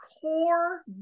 core